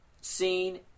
seen